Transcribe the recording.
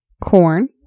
Corn